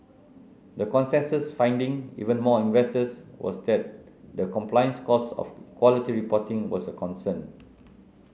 the consensus finding even among investors was that the compliance costs of quality reporting was a concern